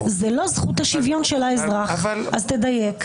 זה לא זכות לשוויון של האזרח, אז תדייק.